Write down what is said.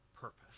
purpose